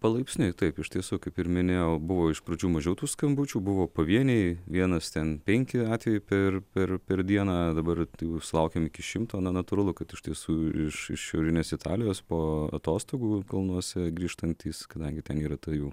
palaipsniui taip iš tiesų kaip ir minėjau buvo iš pradžių mažiau tų skambučių buvo pavieniai vienas ten penki atvejai per per per dieną dabar jų sulaukiam iki šimto na natūralu kad iš tiesų iš iš šiaurinės italijos po atostogų kalnuose grįžtantys kadangi ten yra ta jų